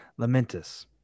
Lamentus